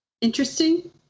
Interesting